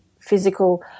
physical